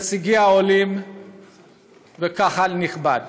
נציגי העולים וקהל נכבד.